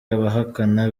abahakana